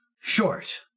Short